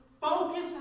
Focus